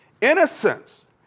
Innocence